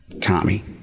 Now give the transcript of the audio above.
Tommy